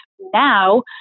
now